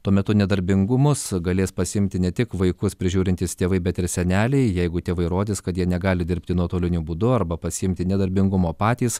tuo metu nedarbingumus galės pasiimti ne tik vaikus prižiūrintys tėvai bet ir seneliai jeigu tėvai įrodys kad jie negali dirbti nuotoliniu būdu arba pasiimti nedarbingumo patys